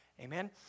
Amen